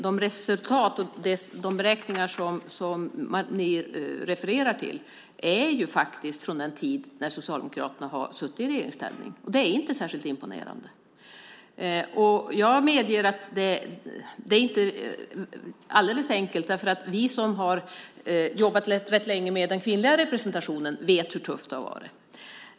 De resultat och de beräkningar som ni refererar till är från den tid då Socialdemokraterna har suttit i regeringsställning. Det är inte särskilt imponerande. Jag medger att det inte är alldeles enkelt. Vi som har jobbat länge med frågan om kvinnlig representation vet hur tufft det har varit.